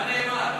מה נאמר?